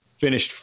finished